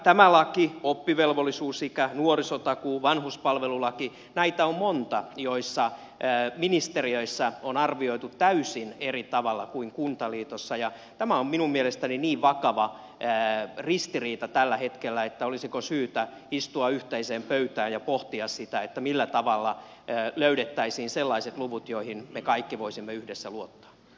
tämä laki oppivelvollisuusikä nuorisotakuu vanhuspalvelulaki näitä on monta joissa ne on ministeriöissä arvioitu täysin eri tavalla kuin kuntaliitossa ja tämä on minun mielestäni niin vakava ristiriita tällä hetkellä että olisiko syytä istua yhteiseen pöytään ja pohtia sitä millä tavalla löydettäisiin sellaiset luvut joihin me kaikki voisimme yhdessä luottaa